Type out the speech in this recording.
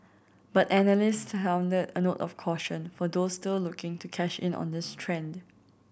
but analysts a note of caution for those still looking to cash in on this trend